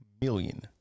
million